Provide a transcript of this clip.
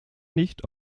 nicht